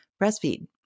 breastfeed